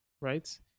right